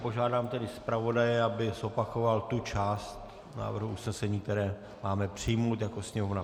Požádám tedy zpravodaje, aby zopakoval tu část návrhu usnesení, kterou máme přijmout jako Sněmovna.